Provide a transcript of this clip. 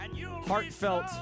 heartfelt